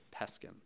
Peskin